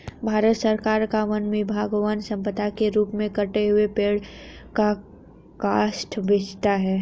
भारत सरकार का वन विभाग वन सम्पदा के रूप में कटे हुए पेड़ का काष्ठ बेचता है